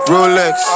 Rolex